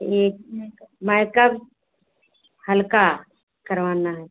ठीक मैकअप हल्का करवाना है